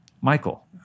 Michael